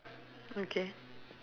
okay